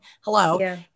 Hello